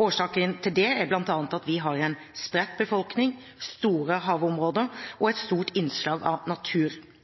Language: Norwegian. Årsaken til det er bl.a. at vi har en spredt befolkning, store havområder og et stort innslag av